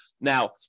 Now